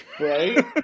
Right